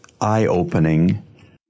eye-opening